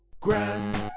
grand